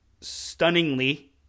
stunningly